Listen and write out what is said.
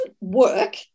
work